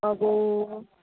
अब